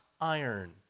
iron